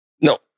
No